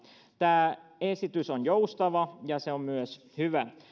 tämä esitys on joustava ja se on myös hyvä